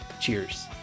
Cheers